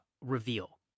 reveal